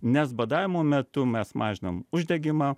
nes badavimo metu mes mažinam uždegimą